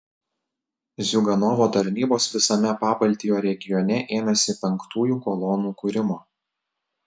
ziuganovo tarnybos visame pabaltijo regione ėmėsi penktųjų kolonų kūrimo